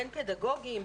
בין פדגוגיים,